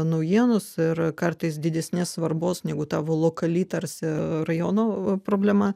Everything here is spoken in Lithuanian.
naujienos ir kartais didesnės svarbos negu tavo lokali tarsi rajono problema